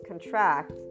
contract